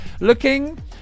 looking